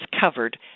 covered